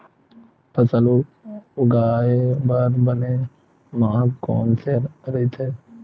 फसल उगाये बर बने माह कोन से राइथे?